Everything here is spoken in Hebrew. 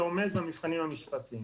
שתיים תמיד תוכלי לבוא אליי אחר-כך ולדבר,